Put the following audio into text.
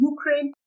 Ukraine